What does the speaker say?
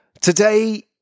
Today